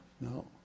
No